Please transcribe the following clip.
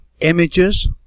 Images